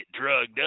drugged